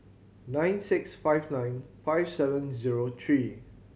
nine six five nine five seven zero three